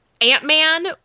Ant-Man